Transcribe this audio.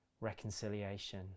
reconciliation